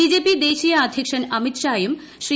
BJP ദേശീയ അദ്ധ്യക്ഷൻ അമിത്ഷായും ശ്രീ